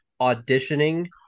auditioning